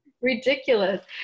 ridiculous